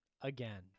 again